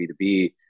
B2B